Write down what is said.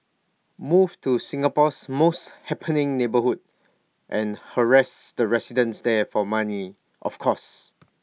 move to Singapore's most happening neighbourhood and harass the residents there for money of course